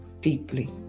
deeply